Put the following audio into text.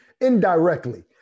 indirectly